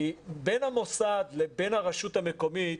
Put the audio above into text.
כי בין המוסד לבין הרשות המקומית,